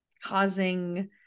causing